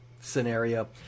scenario